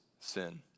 sin